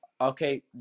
okay